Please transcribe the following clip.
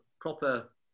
proper